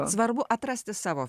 svarbu atrasti savo